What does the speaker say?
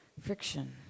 friction